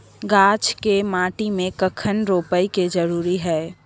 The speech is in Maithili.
गाछ के माटी में कखन रोपय के जरुरी हय?